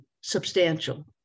substantial